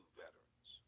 veterans